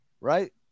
right